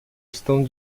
estão